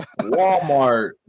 Walmart